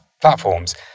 platforms